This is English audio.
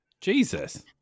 Jesus